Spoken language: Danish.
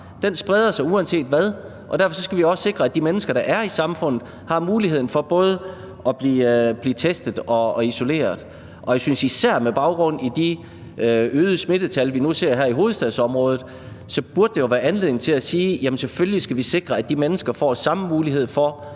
Den spreder sig uanset hvad, og derfor skal vi også sikre, at de mennesker, der er i samfundet, har mulighed for både at blive testet og isoleret, og jeg synes især, at der med baggrund i de øgede smittetal, vi nu ser her i hovedstadsområdet, burde være anledning til at sige, at vi selvfølgelig skal sikre, at de mennesker får samme mulighed for